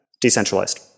decentralized